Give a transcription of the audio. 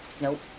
Nope